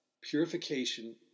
purification